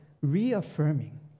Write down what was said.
reaffirming